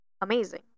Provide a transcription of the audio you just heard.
amazing